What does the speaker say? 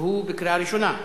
בקריאה ראשונה.